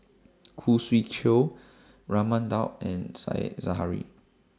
Khoo Swee Chiow Raman Daud and Said Zahari